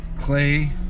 Clay